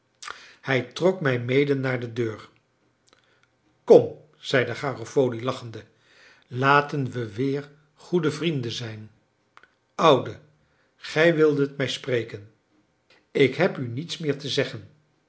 hij trok mij mede naar de deur kom zeide garofoli lachende laten we weer goede vrienden zijn oude gij wildet mij spreken ik heb u niets meer te zeggen